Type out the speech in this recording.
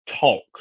talk